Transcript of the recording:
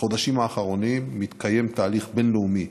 בחודשים האחרונים מתקיים תהליך בין-לאומי,